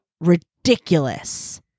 Ridiculous